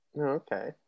Okay